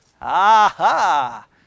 Aha